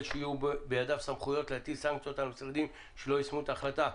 שיהיו בידיו סמכויות להטיל סנקציות על משרדים שלא יישמו את ההחלטה.